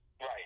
Right